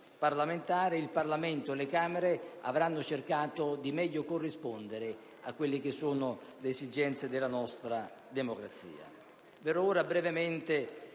parlamentare, il Parlamento e le Camere avranno cercato di meglio corrispondere alle esigenze della nostra democrazia.